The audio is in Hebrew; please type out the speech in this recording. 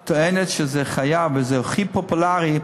דבר שהאוכלוסייה טוענת שזה מחויב וזה הכי פופולרי,